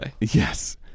Yes